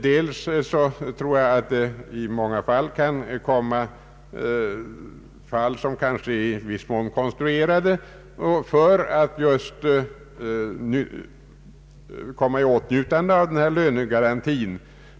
Bland annat tror jag att det kan förekomma många fall, där anställningsförhållandet är i viss mån konstruerat för att man skall komma i åtnjutande av ifrågavarande lönegaranti.